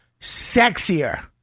sexier